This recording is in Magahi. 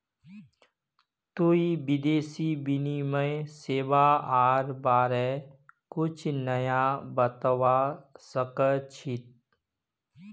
तुई विदेशी विनिमय सेवाआर बारे कुछु नया बतावा सक छी